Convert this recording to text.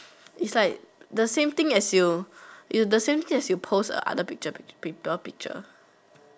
it's like the same thing as you the same thing as you post the other picture the printer picture